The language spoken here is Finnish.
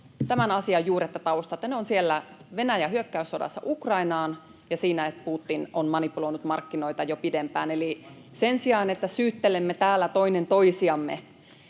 tämän asian juuret ja taustat. Ne ovat siellä Venäjän hyökkäyssodassa Ukrainaa vastaan ja siinä, että Putin on manipuloinut markkinoita jo pidempään. Eli sen sijaan, että syyttelemme täällä toinen toisiamme